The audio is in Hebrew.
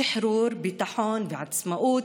שחרור, ביטחון ועצמאות,